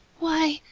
why,